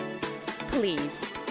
Please